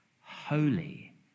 holy